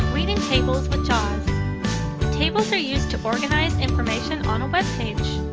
reading tables with jaws tables are used to organize information on a web page.